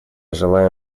желаю